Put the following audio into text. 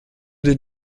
dit